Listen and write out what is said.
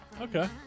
Okay